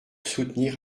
soutenir